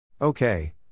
Okay